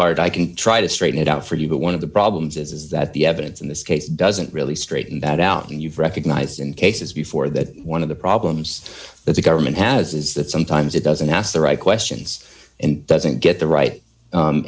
hard i can try to straighten it out for you but one of the problems is that the evidence in this case doesn't really straighten that out and you've recognized in cases before that one of the problems that the government has is that sometimes it doesn't ask the right questions and doesn't get the right